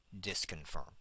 disconfirm